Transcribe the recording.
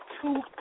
two